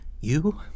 You